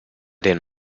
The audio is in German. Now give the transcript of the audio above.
den